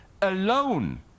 alone